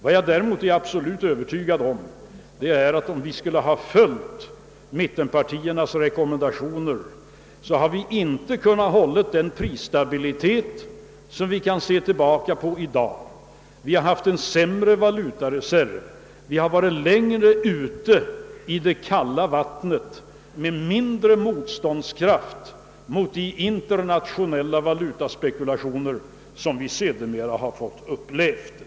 Vad jag däremot är absolut övertygad om är, att ifall vi hade följt mittenpartiernas rekommendationer, så hade vi inte kunnat hålla den prisstabilitet som vi kan se tillbaka på i dag. Vi hade haft en sämre valutareserv, vi hade varit längre ut i det kalla vattnet, och vi hade haft mindre motståndskraft mot de internationella valutaspekulationer som vi sedermera fått uppleva.